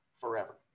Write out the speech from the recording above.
Forever